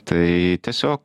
tai tiesiog